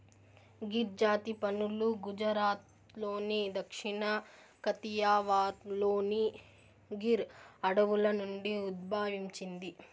గిర్ జాతి పసులు గుజరాత్లోని దక్షిణ కతియావార్లోని గిర్ అడవుల నుండి ఉద్భవించింది